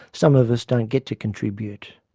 some of us don't get to contribute.